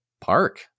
park